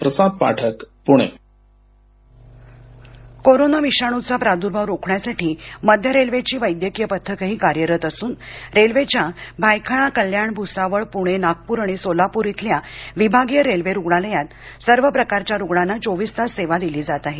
railway corona विषाणू चा प्रदूर्भाव रोखण्यासाठी मध्य रेल्वे ची वैद्यकीय पथकंही कार्यरत असून रेल्वे च्या भायखळा कल्याण भुसावळ पुणे नागपूर आणि सोलापूर इथल्या विभागीय रेल्वे रुग्णालयांत सर्व प्रकारच्या रुग्णांना चोवीस तास सेवा दिली जात आहे